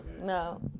No